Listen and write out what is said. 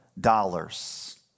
dollars